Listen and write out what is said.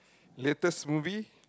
latest movie